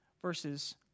verses